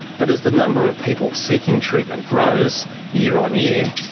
but as the number of people seeking treatment grows year on year,